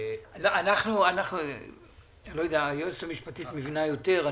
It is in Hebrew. -- אני לא יודע, היועצת המשפטית מבינה יותר.